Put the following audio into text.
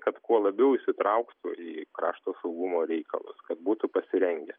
kad kuo labiau įsitrauktų į krašto saugumo reikalus kad būtų pasirengę